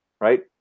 right